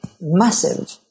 massive